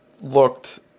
looked